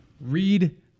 Read